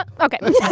okay